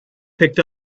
picked